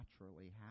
naturally